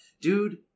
Dude